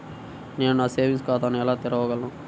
నేను సేవింగ్స్ ఖాతాను ఎలా తెరవగలను?